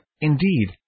indeed